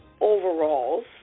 overalls